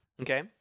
Okay